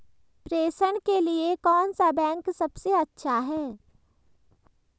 प्रेषण के लिए कौन सा बैंक सबसे अच्छा है?